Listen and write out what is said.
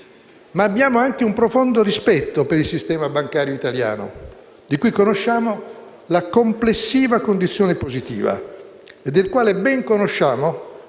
Abbiamo anche un profondo rispetto per il sistema bancario italiano, di cui conosciamo la complessiva condizione positiva e del quale ben conosciamo